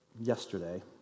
Yesterday